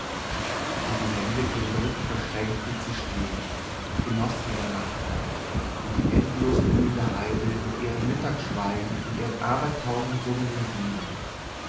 und die hände über den rücken verschränkt blieb sie stehen und genoß ihre nacktheit und die endlos blühende heide mit ihrem mittagsschweigen und ihren abertausend summenden bienen